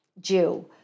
Jew